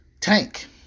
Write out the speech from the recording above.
Tank